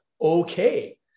okay